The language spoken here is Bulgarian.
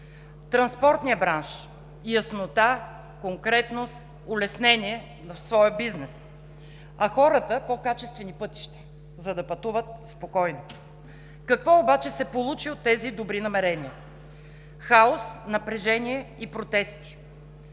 транспортният бранш – яснота, конкретност, улеснение в своя бизнес, а хората – по-качествени пътища, за да пътуват спокойно. Какво обаче се получи от тези добри намерения? Хаос, напрежение и протести.